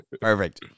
Perfect